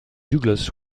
douglas